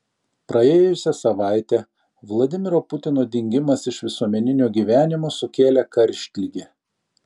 praėjusią savaitę vladimiro putino dingimas iš visuomeninio gyvenimo sukėlė karštligę